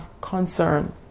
concern